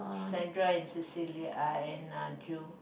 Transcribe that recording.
Sandra and Cecilia uh and uh Joo